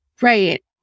Right